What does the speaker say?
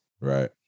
Right